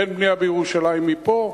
אין בנייה בירושלים מפה,